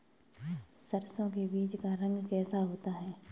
सरसों के बीज का रंग कैसा होता है?